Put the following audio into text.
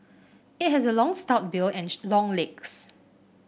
it has a long stout bill and long legs